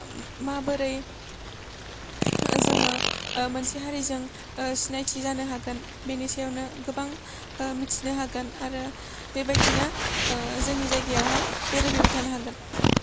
माबोरै मोनसे हारिजों सिनायथि जानो हागोन बेनि सायावनो गोबां मिथिनो हागोन आरो बेबादिनो जोंनि जायगायाव बेरायफैबाय थानो हागोन